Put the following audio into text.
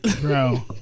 Bro